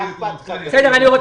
אני לא מכיר את הנושא.